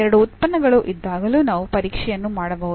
ಎರಡು ಉತ್ಪನ್ನಗಳು ಇದ್ದಾಗಲೂ ನಾವು ಪರೀಕ್ಷೆಯನ್ನು ಮಾಡಬಹುದು